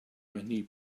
many